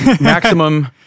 maximum